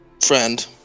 friend